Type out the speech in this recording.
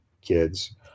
kids